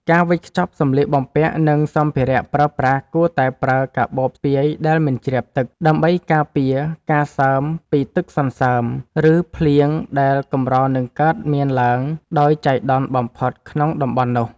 ការវេចខ្ចប់សម្លៀកបំពាក់ និង សម្ភារៈប្រើប្រាស់គួរតែប្រើកាបូបស្ពាយដែលមិនជ្រាបទឹកដើម្បីការពារការសើមពីទឹកសន្សើម ឬ ភ្លៀងដែលកម្រនឹងកើតមានឡើងដោយចៃដន្យបំផុតក្នុងតំបន់នោះ។